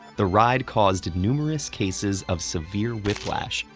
the ride caused numerous cases of severe whiplash,